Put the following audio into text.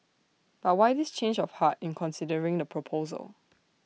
but why this change of heart in considering the proposal